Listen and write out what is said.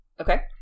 Okay